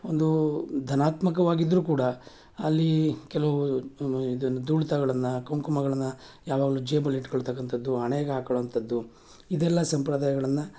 ಒಂದೂ ಧನಾತ್ಮಕವಾಗಿದ್ರೂ ಕೂಡ ಅಲ್ಲಿ ಕೆಲವು ಇದನ್ನ ಧೂಳ್ತಗಳನ್ನು ಕುಂಕುಮಗಳನ್ನು ಯಾವಾಗ್ಲೂ ಜೇಬಲ್ಲಿ ಇಟ್ಕೊಳ್ತಕ್ಕಂಥದ್ದು ಹಣೆಗೆ ಹಾಕೊಳ್ಳುವಂಥದ್ದು ಇದೆಲ್ಲ ಸಂಪ್ರದಾಯಗಳನ್ನು